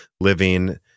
living